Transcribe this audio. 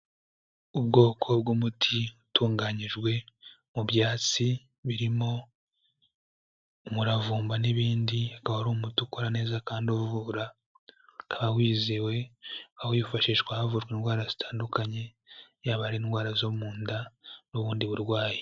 Ubwoko bw'umuti utunganyijwe mu byatsi birimo umuravumba n'ibindi wari umuti ukora neza kandi uvura ukaba wizewe aho wifashishwa havurwa indwara zitandukanye, yaba ari indwara zo mu nda n'ubundi burwayi